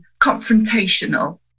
confrontational